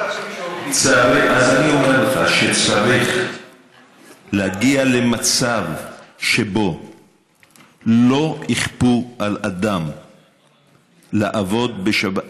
אז אני אומר לך שצריך להגיע למצב שבו לא יכפו על אדם לעבוד בשבת.